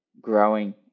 growing